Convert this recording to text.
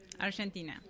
Argentina